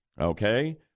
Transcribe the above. okay